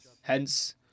Hence